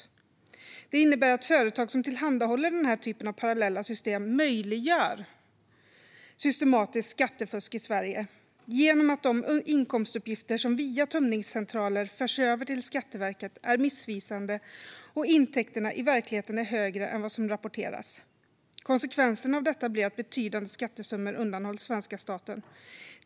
Detta innebär att företag som tillhandahåller den typen av parallella system möjliggör ett systematiskt skattefusk i Sverige genom att de inkomstuppgifter som via tömningscentraler förs över till Skatteverket är missvisande och intäkterna i verkligheten är högre än vad som rapporteras. Konsekvensen av detta blir att betydande skattesummor undanhålls svenska staten.